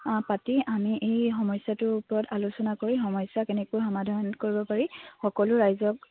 পাতি আমি এই সমস্যাটোৰ ওপৰত আলোচনা কৰি সমস্যা কেনেকৈ সমাধান কৰিব পাৰি সকলো ৰাইজক